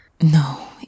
No